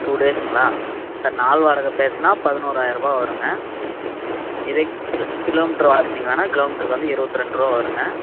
two டேஸ்ங்களா sir நாள் வாடகை பேசினா பதினோரு ஆயிரவா வரும்ங்க இதே கிலோ மீட்ரு ஹவர்ஸ் வேணா நீங்கள் கிலோ மீட்ருக்கு வந்து இருபத்தி ரெண்டுரூவா வரும்ங்க